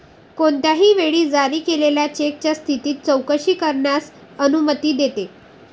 कोणत्याही वेळी जारी केलेल्या चेकच्या स्थितीची चौकशी करण्यास अनुमती देते